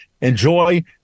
enjoy